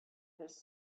his